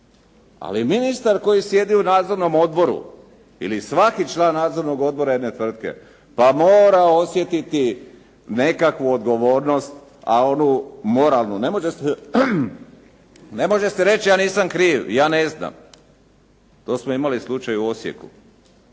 Ali ministar koji sjedi u nadzornom odboru ili svaki član nadzornog odbora jedne tvrtke mora osjetiti nekakvu odgovornost, a onu moralnu. Ne može se reći ja nisam kriv, ja ne znam. To smo imali slučaj u Osijeku,